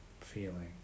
feeling